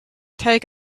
take